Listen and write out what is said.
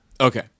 Okay